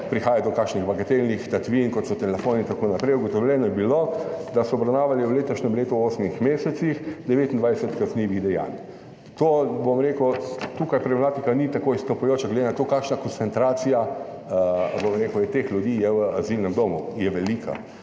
prihaja do kakšnih bagatelnih tatvin, kot so telefon, itn. Ugotovljeno je bilo, da so obravnavali v letošnjem letu v 8 mesecih 29 kaznivih dejanj. Tukaj problematika ni tako izstopajoča glede na to kakšna koncentracija, bom rekel, je teh ljudi je v azilnem domu, je velika.